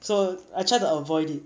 so I try to avoid it